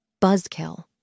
Buzzkill